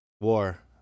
War